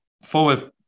Forward